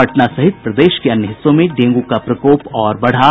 पटना सहित प्रदेश के अन्य हिस्सों में डेंगू का प्रकोप और बढ़ा